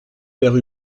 père